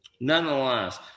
nonetheless